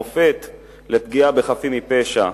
מופת לפגיעה בחפים מפשע,